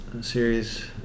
series